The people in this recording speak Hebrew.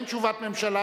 אין תשובת הממשלה,